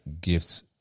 gifts